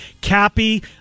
Cappy